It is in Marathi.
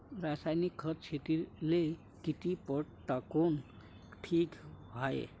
रासायनिक खत शेतीले किती पट टाकनं ठीक हाये?